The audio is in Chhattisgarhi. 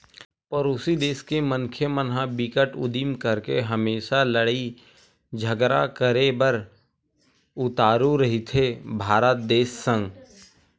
परोसी देस के मन ह बिकट उदिम करके हमेसा लड़ई झगरा करे बर उतारू रहिथे भारत देस संग